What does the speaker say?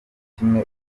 kimwe